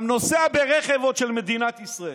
גם נוסע ברכב של מדינת ישראל,